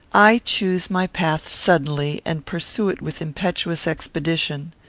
i choose my path suddenly, and pursue it with impetuous expedition.